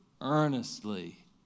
earnestly